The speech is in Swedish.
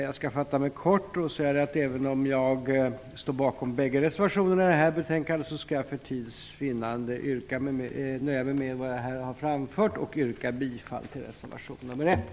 Jag skall fatta mig kort, så även om jag står bakom bägge reservationerna till detta betänkandet, nöjer jag mig för tids vinnande med vad jag här har framfört och yrkar bifall till reservation nr 1.